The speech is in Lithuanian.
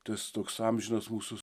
tas toks amžinas mūsų